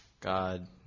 god